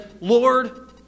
Lord